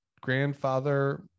grandfather